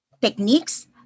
techniques